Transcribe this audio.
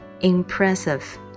Impressive